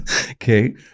Okay